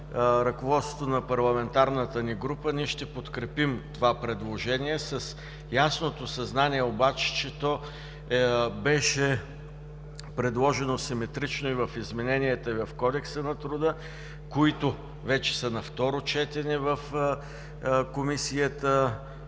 ръководството на парламентарната ни група ние ще подкрепим това предложение, с ясното съзнание обаче, че то беше предложено симетрично и в измененията в Кодекса на труда, които вече са на второ четене в Социалната